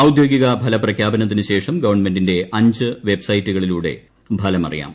ഔദ്യോഗിക ഫലപ്രഖ്യാപനത്തിന് ശേഷം ഗവൺമെന്റിന്റെ അഞ്ച് വെബ് സൈറ്റുകളിലൂടെ ഫലം അറിയാം